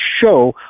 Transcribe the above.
show